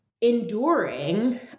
enduring